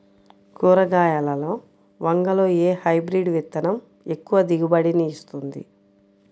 కూరగాయలలో వంగలో ఏ హైబ్రిడ్ విత్తనం ఎక్కువ దిగుబడిని ఇస్తుంది?